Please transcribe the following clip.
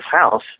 house